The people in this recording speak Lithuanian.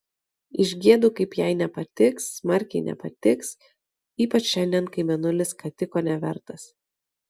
išgiedu kaip jai nepatiks smarkiai nepatiks ypač šiandien kai mėnulis skatiko nevertas